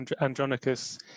Andronicus